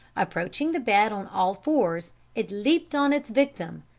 approaching the bed on all-fours, it leapt on its victim,